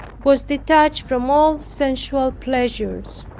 was detached from all sensual pleasures.